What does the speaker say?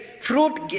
Fruit